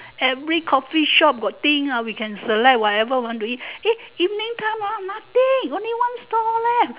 every coffee shop got thing ah we can select whatever we want eat eh evening time nothing only one stall left